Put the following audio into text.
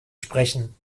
sprechen